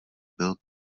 byl